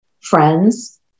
friends